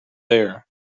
there